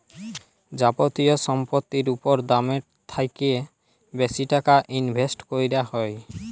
যাবতীয় সম্পত্তির উপর দামের থ্যাকে বেশি টাকা ইনভেস্ট ক্যরা হ্যয়